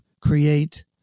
create